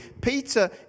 Peter